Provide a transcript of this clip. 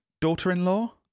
daughter-in-law